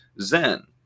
Zen